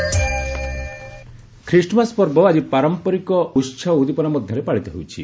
Christmas Christmas ପର୍ବ ଆଜି ପାରମ୍ପରିକ ଓ ଉସାହ ଉଦ୍ଦିପନା ମଧ୍ୟରେ ପାଳିତ ହେଉଛି